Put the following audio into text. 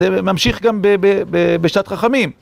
זה ממשיך גם בשעת חכמים.